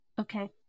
Okay